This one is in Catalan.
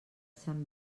sant